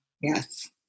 Yes